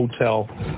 Hotel